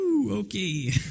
okay